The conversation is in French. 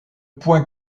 point